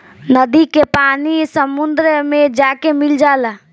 नदी के पानी समुंदर मे जाके मिल जाला